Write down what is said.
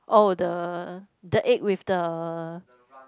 oh the the egg with the